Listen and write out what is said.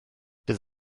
bydd